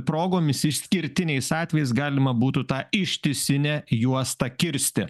progomis išskirtiniais atvejais galima būtų tą ištisinę juostą kirsti